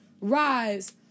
rise